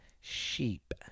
sheep